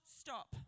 stop